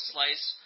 Slice